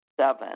Seven